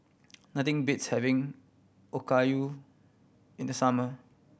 nothing beats having Okayu in the summer